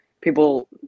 people